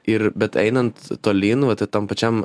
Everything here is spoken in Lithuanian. ir bet einant tolyn vat tam pačiam